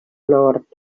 nord